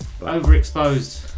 Overexposed